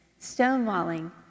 stonewalling